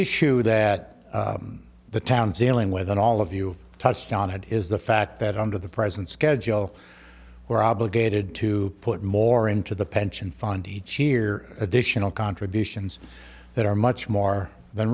issue that the town's ailing within all of you touched on it is the fact that under the present schedule we're obligated to put more into the pension fund each year additional contributions that are much more than